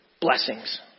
blessings